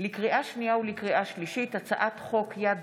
לקריאה שנייה ולקריאה שלישית, הצעת חוק יד